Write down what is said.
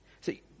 See